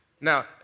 Now